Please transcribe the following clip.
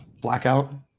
Blackout